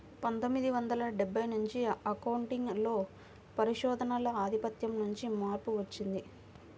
పందొమ్మిది వందల డెబ్బై నుంచి అకౌంటింగ్ లో పరిశోధనల ఆధిపత్యం నుండి మార్పు వచ్చింది